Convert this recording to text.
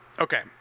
okay